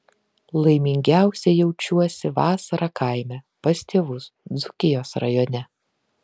laimingiausia jaučiuosi vasarą kaime pas tėvus dzūkijos rajone